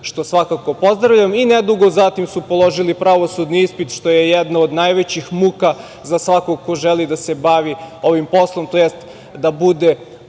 što svakako pozdravljam, i nedugo zatim su položili pravosudni ispit, što je jedna od najvećih muka za svakog ko želi da se bavi ovim poslom tj. da bude